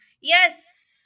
yes